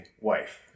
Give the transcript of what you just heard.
wife